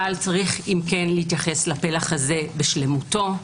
אבל יש אם כן להתייחס לפלח הזה בשלמותו,